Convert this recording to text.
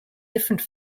different